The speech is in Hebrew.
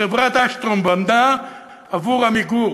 חברת "אשטרום" בנתה עבור "עמיגור"